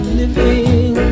living